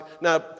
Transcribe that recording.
Now